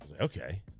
Okay